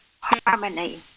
harmony